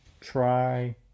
try